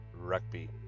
rugby